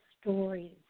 stories